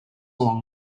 along